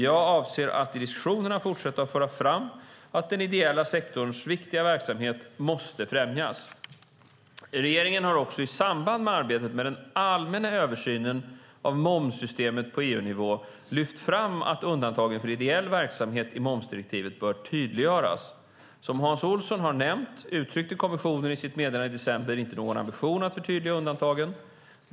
Jag avser att i diskussionerna fortsätta föra fram att den ideella sektorns viktiga verksamhet måste främjas. Regeringen har också i samband med arbetet med en allmän översyn av momssystemet på EU-nivå lyft fram att undantagen för ideell verksamhet i momsdirektivet bör tydliggöras. Som Hans Olsson har nämnt uttryckte kommissionen i sitt meddelande i december inte någon ambition att förtydliga undantagen.